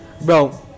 bro